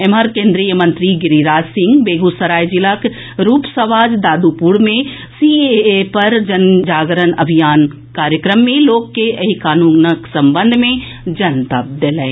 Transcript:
एम्हर केन्द्रीय मंत्री गिरिराज सिंह बेगूसराय जिलाक रूपसवाज दादुपुर मे सीएए पर जनजागरण अभियान कार्यक्रम मे लोक के एहि कानूनक संबंध मे जनतब देलनि